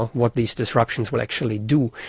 what these disruptions will actually do,